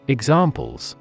Examples